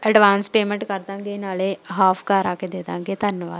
advance payment ਕਰ ਦਵਾਂਗੇ ਨਾਲ਼ੇ ਹਾਫ ਘਰ ਆ ਕੇ ਦੇ ਦਵਾਂਗੇ ਧੰਨਵਾਦ